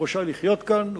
הוא רשאי לחיות כאן,